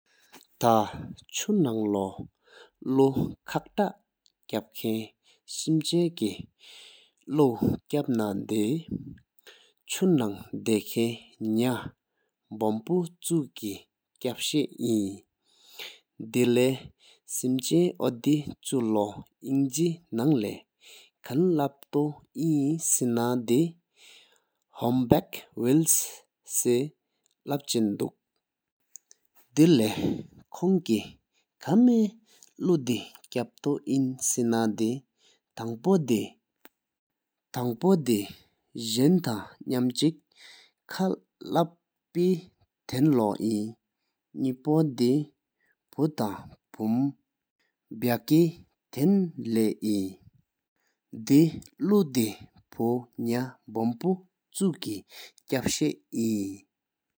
ཐ་ཆུ་ནང་ལོ་ལུ་ཁ་བཏགས་ཁང་སེམས་ཅན་སྐད་ལོ་ཁལ་སྒོ་ནང་དེ་ཆུ་ནང་དེ་ཁན་ནས་བོམ་བོམ་ཆུ་གི་སྐད་ཕྱག་སྔོ་ཡིན། དེ་ལེ་སེམས་ཅན་འོ་དེ་ཆུ་ལོ་ཨང་གི་ནང་ལས་ཁན་ལབ་སྟོད་ཡིན་སེ་ན་དེ་ཧུམ་པག་ཨུཡ་སེ་ལབ་ཆེན་དུ། དེ་ལེ་ཁྱོང་བཀྲ་ཤིས་པ་ ཁགས་ལུ་དེ་ཀ་ཐོན་ཡིན་སེ་ན་དེ་ཐང་པོ་དེ་བྱན་ཐང་ཤམ་ཅི་ཀར་ལབ་དེ་ཐེབ་ལོ་ཡིན། ནེ་ཕོ་དེ་ཕུ་ཐང་ཕུམ་བསཀོ་ ཐེམ་ལེཝ་ཡིན། ཐ་ལུ་ཐེ་ཕུ་ནས་བོམ་བོམ་ཆུ་གི་སྐད་སྒྲ་སྤེལ་དུ་ཡིན།